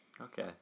Okay